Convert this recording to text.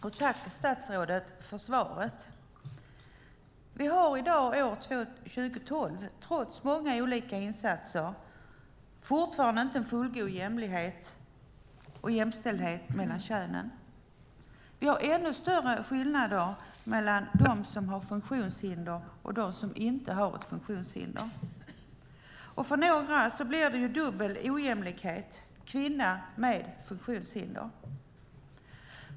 Herr talman! Tack, statsrådet, för svaret! Vi har i dag, år 2012, trots många olika insatser fortfarande ingen fullgod jämlikhet och jämställdhet mellan könen. Vi har ännu större skillnader mellan dem som har funktionshinder och dem som inte har det. För några blir det dubbel ojämlikhet - kvinnor med funktionshinder.